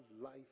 life